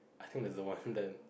I think that's the one there